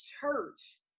church